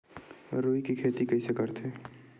रुई के खेती कइसे करथे?